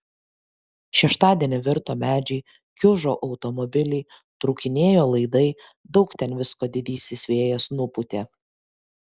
šeštadienį virto medžiai kiužo automobiliai trūkinėjo laidai daug ten visko didysis vėjas nupūtė